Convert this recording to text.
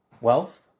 wealth